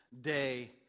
day